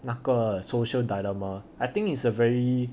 那个 social dilemma I think is a very